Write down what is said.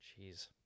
Jeez